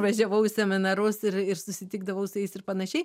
važiavau į seminarus ir ir susitikdavau su jais ir panašiai